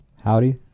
Howdy